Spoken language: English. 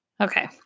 Okay